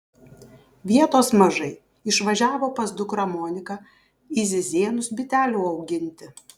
vietos mažai išvažiavo pas dukrą moniką į zizėnus bitelių auginti